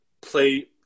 play